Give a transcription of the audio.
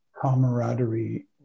camaraderie